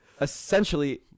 essentially